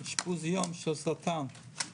אשפוז יום של סרטן.